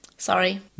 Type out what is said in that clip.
sorry